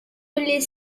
les